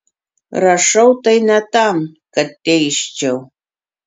rašau tai ne tam kad teisčiau